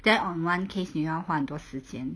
then on one case 你要花很多时间